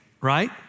right